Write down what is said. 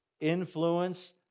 influence